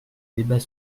débat